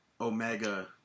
Omega